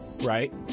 right